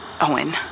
Owen